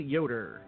Yoder